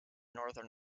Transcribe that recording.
northern